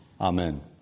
Amen